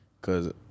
cause